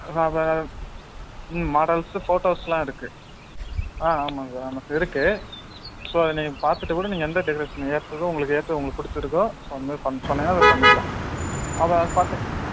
ஆ அப்புறம் வேறு ம் மாடல்ஸ்ஸு ஃபோட்டோஸ் எல்லாம் இருக்கு ஆ ஆமாம்ங்க சார் ஆமாம் இருக்கு ஸோ அதை நீங்கள் பார்த்துட்டு கூட நீங்கள் எந்த டெக்கரேஷன் ஏற்றதோ உங்களுக்கு ஏற்றது உங்களுக்கு பிடிச்சிருக்கோ ஸோ அந்த மாரி பண்ண சொன்னிங்கன்னா அதை பண்ணிக்கலாம் அப்புறம் அதை பார்த்து ம்